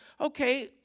Okay